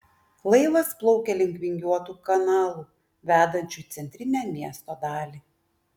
laivas plaukė link vingiuotų kanalų vedančių į centrinę miesto dalį